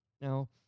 Now